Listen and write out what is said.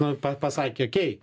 nu pasakė okei